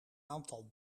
aantal